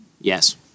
Yes